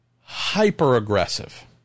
hyper-aggressive